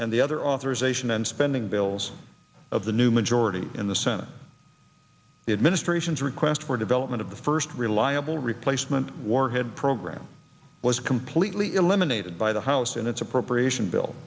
and the other authorization and spending bills of the new majority in the senate the administration's request for development of the first reliable replacement warhead program was completely eliminated by the house and its appropriation bill